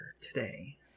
today